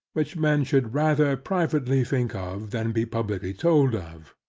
which men should rather privately think of, than be publicly told of.